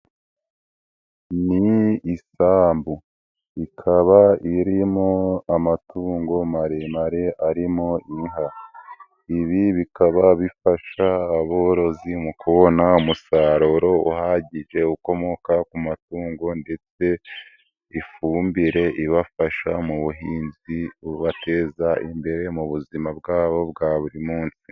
Ni isambu ikaba irimo amatungo maremare arimo inka, ibi bikaba bifasha aborozi mu kubona umusaruro uhagije ukomoka ku matungo ndetse ifumbire ibafasha mu buhinzi bubateza imbere mu buzima bwabo bwa buri munsi.